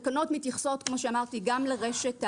התקנות מתייחסות, כמו שאמרתי, גם לרשת הישנה,